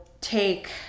Take